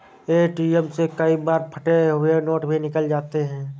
ATM से कई बार फटे हुए नोट भी निकल जाते हैं